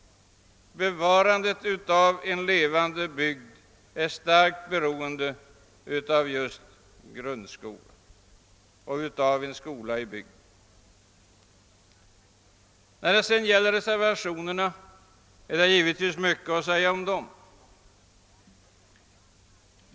Bevarandet av en levande bygd är starkt beroende av just en skola i bygden. Då det gäller reservationerna så är det naturligtvis mycket att säga om dem.